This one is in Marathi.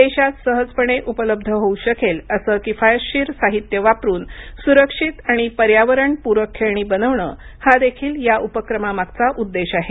देशात सहजपणे उपलब्ध होऊ शकेल असं किफायतशीर साहित्य वापरून सुरक्षित आणि पर्यावरण पूरक खेळणी बनवणं हा देखील या उपक्रमामागचा उद्देश आहे